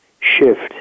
shift